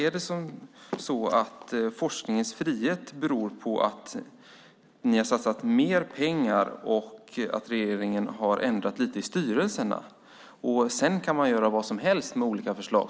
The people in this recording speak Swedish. Beror forskningens frihet på att ni har satsat mer pengar och att regeringen har ändrat lite i styrelserna? Kan man därmed göra vad som helst med olika förslag?